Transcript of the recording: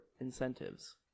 incentives